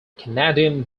canadian